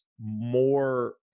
more